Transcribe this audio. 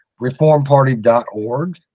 reformparty.org